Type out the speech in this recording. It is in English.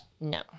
No